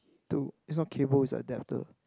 two it's not cable it's adapter